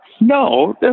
No